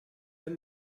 ven